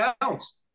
counts